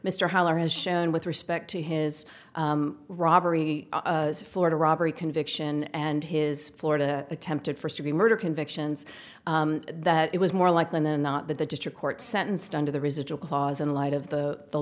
mr howell has shown with respect to his robbery florida robbery conviction and his florida attempted first degree murder convictions that it was more likely than not that the district court sentenced under the residual clause in light of the the